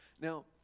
Now